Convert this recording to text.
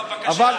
בבקשה.